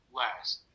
last